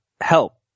help